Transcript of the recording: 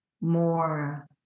more